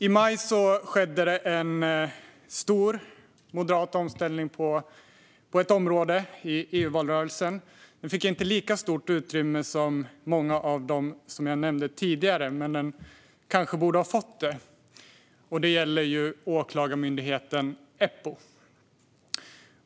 I maj skedde det en stor moderat omställning på ett område i EU-valrörelsen. Den fick inte lika stort utrymme som många av dem jag nämnde tidigare, men den kanske borde ha fått det. Det gäller åklagarmyndigheten Eppo.